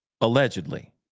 allegedly